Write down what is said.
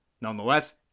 Nonetheless